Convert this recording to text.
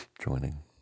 joining